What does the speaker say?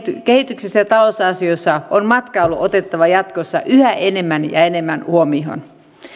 kehityksessä ja talousasioissa on matkailu otettava jatkossa yhä enemmän ja enemmän huomioon